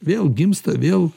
vėl gimsta vėl